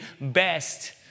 best